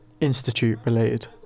institute-related